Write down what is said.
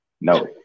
No